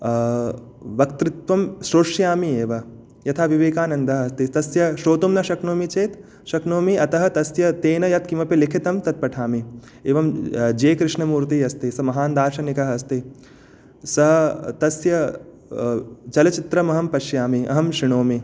वक्तृत्वं श्रोष्यामि एव यथा विवेकानन्दः अस्ति तस्य श्रोतुं न शक्नोमि चेत् शक्नोमि अतः तस्य तेन यत्किमपि लिखितं तद् पठामि एवं जे कृष्णमूर्तिः अस्ति सः महान् दार्शनिकः अस्ति सः तस्य चलच्चित्रम् अहं पश्यामि अहं शृणोमि